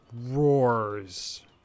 roars